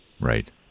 Right